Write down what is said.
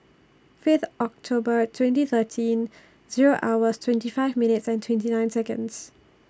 Fifth October twenty thirteen Zero hours twenty five minutes and twenty nine Seconds